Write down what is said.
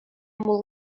мулла